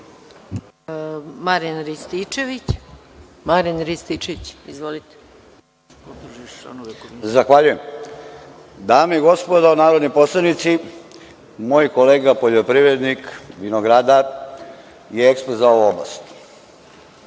**Marijan Rističević** Zahvaljujem. Dame i gospodo narodni poslanici, moj kolega poljoprivrednik, vinogradar je ekspert za ovu oblast.